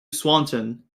swanton